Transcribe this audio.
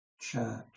church